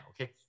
okay